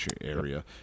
area